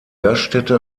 gaststätte